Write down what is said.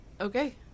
Okay